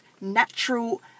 natural